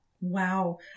Wow